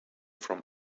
from